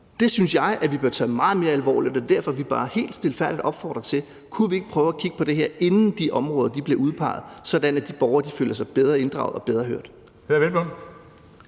Det synes jeg vi bør tage meget mere alvorligt, og det er derfor, vi bare helt stilfærdigt siger: Kunne vi ikke prøve at kigge på det her, inden de områder bliver udpeget, sådan at de borgere føler sig bedre inddraget og bedre hørt? Kl.